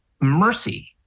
mercy